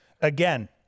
again